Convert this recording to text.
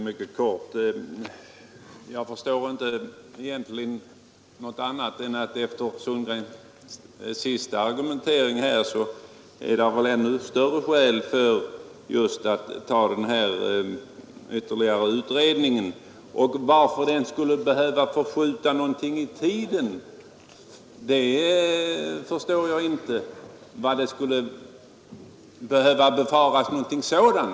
Herr talman! Jag förstår inte annat än att det efter herr Sundgrens senaste argumentering finns ännu större skäl att tillsätta ytterligare en utredning. Att man skulle behöva befara någon förskjutning i tiden förstår jag inte.